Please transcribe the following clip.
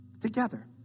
Together